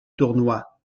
tournoi